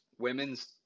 Women's